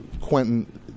Quentin